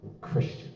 Christian